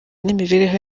n’imibereho